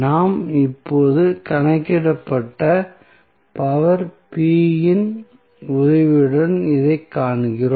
நாம் இப்போது கணக்கிட்ட பவர் இன் உதவியுடன் இதைக் காண்கிறோம்